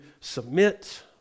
submit